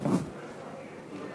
אדוני